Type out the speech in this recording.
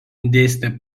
dėstė